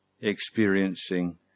experiencing